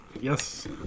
Yes